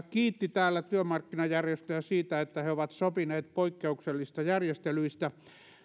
kiitti täällä työmarkkinajärjestöjä siitä että ne ovat sopineet poikkeuksellisista järjestelyistä